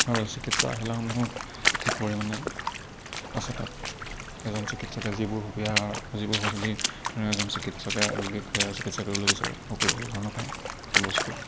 আৰু চিকিৎসা আহিলাসমূহত ঠিক পৰিমাণে আছে তাত এজন চিকিৎসকে যিবোৰ সুকীয়া যিবোৰ সঁজুলি এজন চিকিৎসকে ৰোগীক চিকিৎসা কৰিবলৈ বিচাৰে সকলোবোৰ ধৰণৰ পায় বস্তু